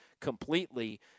completely